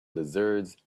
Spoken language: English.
lizards